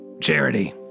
charity